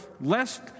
lest